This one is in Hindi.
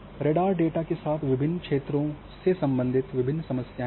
रेडार डेटा के साथ विभिन्न क्षेत्रों से सम्बंधित विभिन्न समस्याएँ हैं